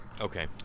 Okay